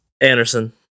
Anderson